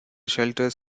shelters